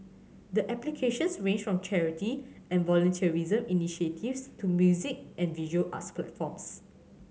the applications ranged from charity and volunteerism initiatives to music and visual arts platforms